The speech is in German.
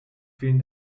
vielen